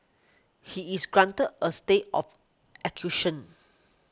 he is granted a stay of execution